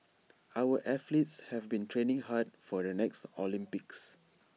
our athletes have been training hard for the next Olympics